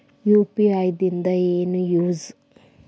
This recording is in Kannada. ಯು.ಪಿ.ಐ ದಿಂದ ಏನು ಯೂಸ್?